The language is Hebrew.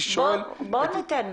רק לשאול